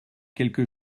quelque